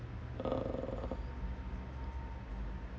uh